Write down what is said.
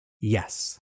Yes